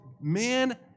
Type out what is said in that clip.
man